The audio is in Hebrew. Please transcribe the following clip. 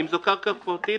אם זו קרקע פרטית,